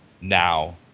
now